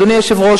אדוני היושב-ראש,